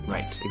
Right